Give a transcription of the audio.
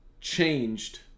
changed